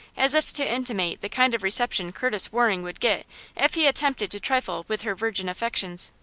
as if to intimate the kind of reception curtis waring would get if he attempted to trifle with her virgin affections.